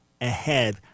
ahead